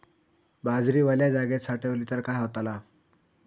बाजरी वल्या जागेत साठवली तर काय होताला?